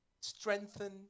strengthen